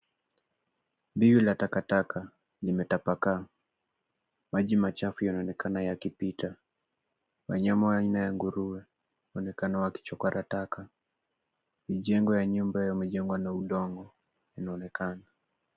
Biwi la takataka limetapakaa. Maji machafu yanaonekana yakipita. Wanyama aina ya nguruwe wanaonekana wakichokora taka. Mijengo ya numba imejengwa na udongo inaonekana.